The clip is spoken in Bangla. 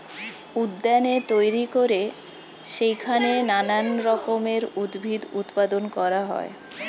উদ্যানে তৈরি করে সেইখানে নানান রকমের উদ্ভিদ উৎপাদন করা হয়